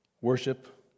worship